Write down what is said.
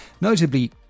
notably